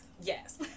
Yes